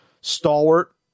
stalwart